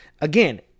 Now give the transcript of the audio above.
again